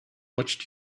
watched